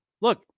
look